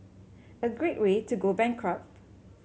a great way to go bankrupt